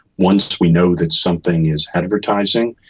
once we know that something is advertising,